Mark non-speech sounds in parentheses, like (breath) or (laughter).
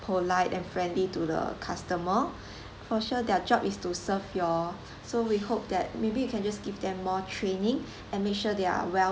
polite and friendly to the customer (breath) for sure their job is to serve you all so we hope that maybe we can just give them more training and make sure they are well